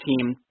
team